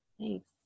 Thanks